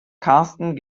karsten